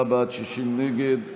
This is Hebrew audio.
54 בעד, 60 נגד.